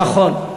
נכון.